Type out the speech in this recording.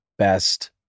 best